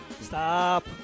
Stop